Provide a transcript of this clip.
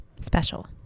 special